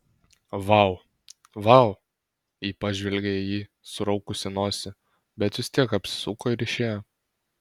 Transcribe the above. vau vau ji pažvelgė į jį suraukusi nosį bet vis tiek apsisuko ir išėjo